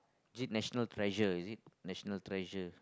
is it national treasure is it national treasure